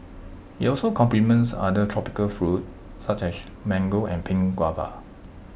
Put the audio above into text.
IT also complements other tropical fruit such as mango and pink guava